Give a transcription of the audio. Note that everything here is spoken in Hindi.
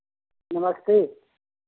नमस्ते